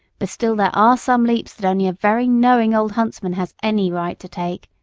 but still there are some leaps that only a very knowing old huntsman has any right to take.